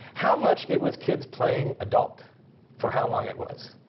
how much it was kids playing adult for how long it was.